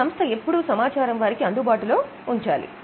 సంస్థ ఎప్పుడూ సమాచారం వారికి అందుబాటులో ఉంచాలి